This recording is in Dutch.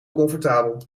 comfortabel